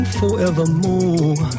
forevermore